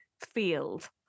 field